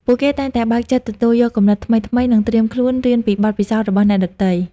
ពួកគេតែងតែបើកចិត្តទទួលយកគំនិតថ្មីៗ និងត្រៀមខ្លួនរៀនពីបទពិសោធន៍របស់អ្នកដទៃ។